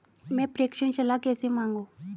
मैं प्रेषण सलाह कैसे मांगूं?